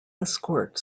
escort